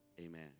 Amen